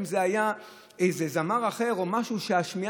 אם זה היה איזה זמר אחר או משהו שנשמע